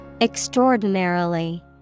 Extraordinarily